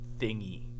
thingy